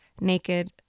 naked